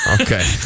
Okay